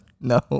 no